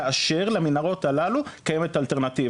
כאשר למנהרות הללו קיימת אלטרנטיבה.